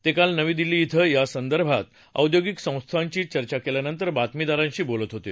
ते काल नवी दिल्ली कें यासंदर्भात औद्योगिक संस्थांशी चर्चा केल्यानंतर बातमीदारांशी बोलत होते